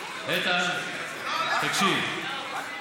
איתן, כל פעם אתה בא